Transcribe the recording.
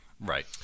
Right